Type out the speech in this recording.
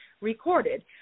recorded